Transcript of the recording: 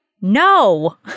No